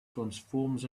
transforms